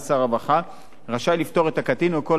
רשאי לפטור את הקטין או כל אדם מהחובות שיוטלו